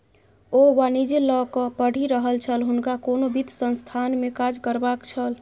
ओ वाणिज्य लकए पढ़ि रहल छल हुनका कोनो वित्त संस्थानमे काज करबाक छल